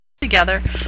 together